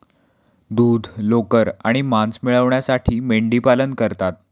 दूध, लोकर आणि मांस मिळविण्यासाठी मेंढीपालन करतात